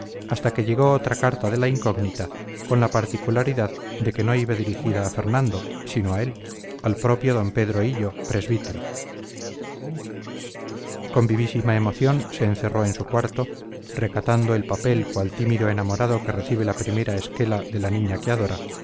hasta que llegó otra carta de la incógnita con la particularidad de que no iba dirigida a fernando sino a él al propio d pedro hillo presbítero con vivísima emoción se encerró en su cuarto recatando el papel cual tímido enamorado que recibe la primera esquela de la niña que adora